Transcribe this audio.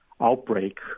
outbreak